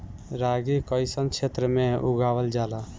रागी कइसन क्षेत्र में उगावल जला?